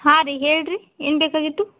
ಹಾಂ ರೀ ಹೇಳ್ರೀ ಏನು ಬೇಕಾಗಿತ್ತು